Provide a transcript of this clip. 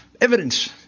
evidence